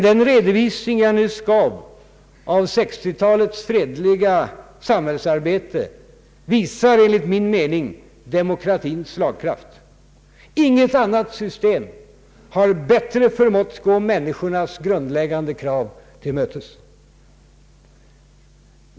Den redovisning jag nyss gav av 1960-talets fredliga samhällsarbete visar enligt min mening demokratins slagkraft. Inget annat system har bättre förmått gå människornas grundläggande krav till mötes.